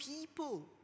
people